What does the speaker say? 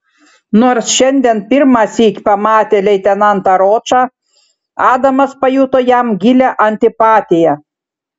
nors šiandien pirmąsyk pamatė leitenantą ročą adamas pajuto jam gilią antipatiją